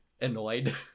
annoyed